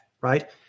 right